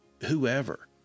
whoever